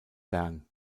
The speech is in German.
bern